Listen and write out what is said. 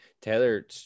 Taylor